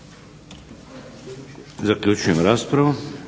Zaključujem raspravu.